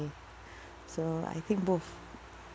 so I think both